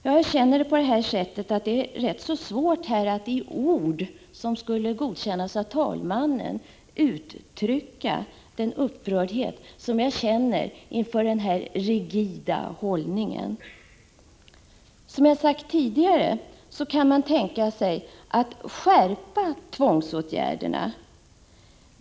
Jag känner att det är rätt svårt att i ord som skulle godkännas av talmannen uttrycka den upprördhet som jag känner inför den här rigida hållningen. Som jag har sagt tidigare kan man tänka sig att skärpa tvångsåtgärderna.